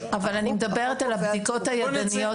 אני מדברת על הבדיקות הידניות.